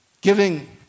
Giving